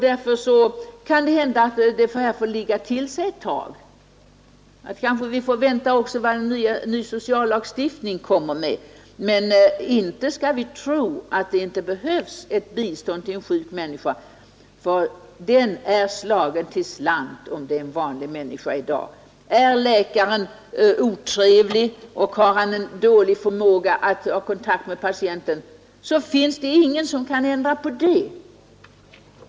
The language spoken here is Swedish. Därför kan det hända att det här bör få ligga till sig ett tag. Vi får kanske vänta och se vad en ny sociallagstiftning kommer med. Men inte skall vi tro att det inte behövs ett bistånd till en sjuk människa, därför att den är slagen till slant, om det är en vanlig människa i dag. Är läkaren otrevlig och har dålig förmåga att få kontakt med patienten, finns det ingen som kan ändra på det.